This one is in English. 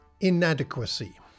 inadequacy